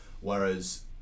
whereas